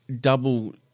double